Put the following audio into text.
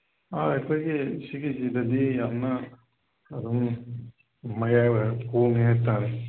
ꯑꯩꯈꯣꯏꯒꯤ ꯁꯤꯒꯤꯁꯤꯗꯗꯤ ꯑꯃ ꯑꯗꯨꯝ ꯃꯌꯥꯏ ꯑꯣꯏꯔꯞ ꯍꯣꯡꯉꯦ ꯍꯥꯏ ꯇꯥꯔꯦ